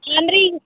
ಏನು ರೀ